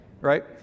Right